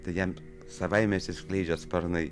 tai jam savaime išsiskleidžia sparnai